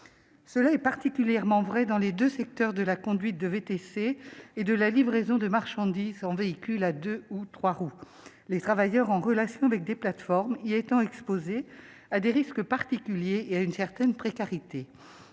Cela est particulièrement vrai dans les deux secteurs de la conduite de VTC et de la livraison de marchandises en véhicule à deux ou trois roues, les travailleurs en relation avec des plateformes y étant exposés à des risques particuliers et à une certaine précarité.